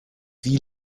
wie